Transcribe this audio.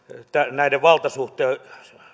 näiden valtasuhteiden